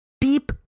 deep